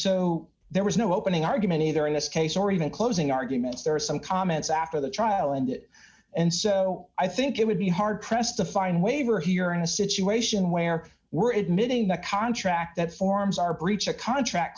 so there was no opening argument either in this case or even closing arguments there are some comments after the trial and that and so i think it would be hard pressed to find waiver here in a situation where we're admitting a contract that forms our breach a contract